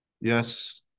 Yes